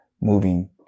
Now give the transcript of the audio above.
moving